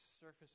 surface